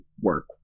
work